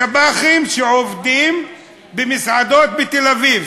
שב"חים שעובדים במסעדות בתל-אביב,